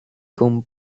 con